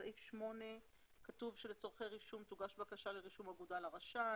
בסעיף 8 כתוב שלצורכי רישום תוגש בקשה לרישום אגודה לרשם,